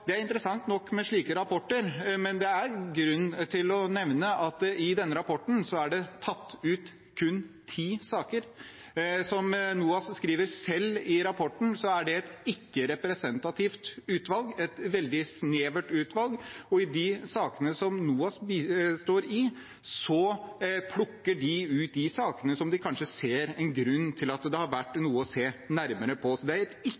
Det er interessant nok med slike rapporter, men det er grunn til å nevne at det i denne rapporten er tatt ut kun ti saker, og som NOAS selv skriver i rapporten, er det et ikke-representativt utvalg, men et veldig snevert utvalg. De sakene som NOAS bistår i, er kanskje plukket ut fordi de ser at det har vært grunn til å se nærmere på dem. Det er et ikke-representativt utvalg som er med her. Men det er